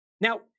Now